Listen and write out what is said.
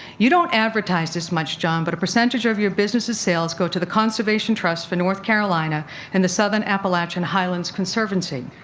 you don't advertise this much john, but a percentage of your businesses' sales go to the conservation trust for north carolina and the southern appalachian highlands conservancy.